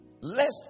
Lest